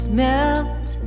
melt